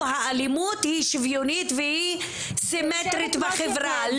האלימות היא שיוויונית והיא סימטרית בחברה.